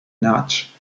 notch